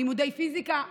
לימודי פיזיקה,